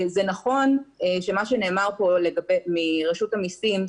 זה נכון שמה שנאמר פה מרשות המסים,